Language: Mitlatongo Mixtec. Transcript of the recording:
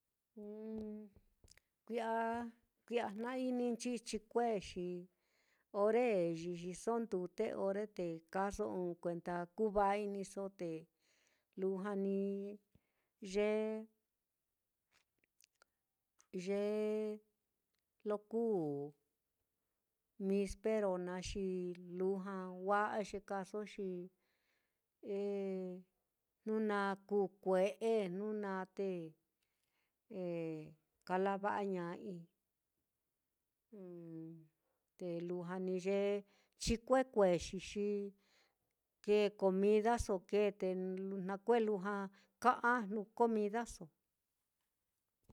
kui'ya kui'ya jna-ininchi chikue xi ore yixiso ndute ore, te kaaso ɨ́ɨ́n te kuenda kuva'a-iniso, lujua ni ye ye lo kuu mispero naá, xi lujua wa'a ye kaaso xi eh jnu na kuu kue'e, jnu na te kala va'aña'ai, te lujua ni ye chikue kuexi xi kee comidaso kee te na kue lujua te kaa ajnu comidaso.